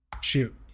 Shoot